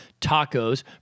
tacos